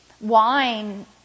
Wine